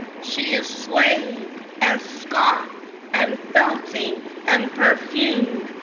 she is suede and scarf and belting and perfume.